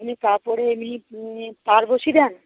আপনি কাপড়ে এমনি পাড় বসিয়ে দেন